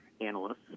analysts